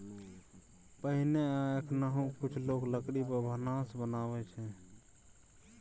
पहिने आ एखनहुँ कुछ लोक लकड़ी पर भानस बनबै छै